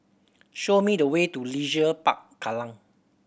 show me the way to Leisure Park Kallang